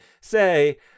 say